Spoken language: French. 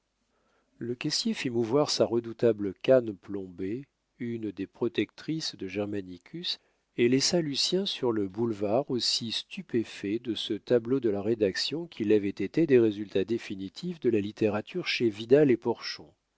le caissier fit mouvoir sa redoutable canne plombée une des protectrices de germanicus et laissa lucien sur le boulevard aussi stupéfait de ce tableau de la rédaction qu'il l'avait été des résultats définitifs de la littérature chez vidal et porchon